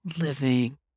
living